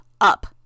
up